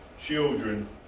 children